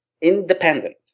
independent